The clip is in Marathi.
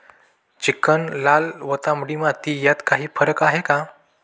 चिकण, लाल व तांबडी माती यात काही फरक आहे का?